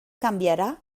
canviarà